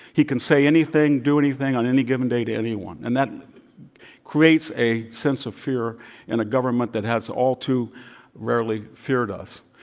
he can say anything, do anything, on any given day to anyone. and that creates a sense of fear in a government that has all too rarely feared us.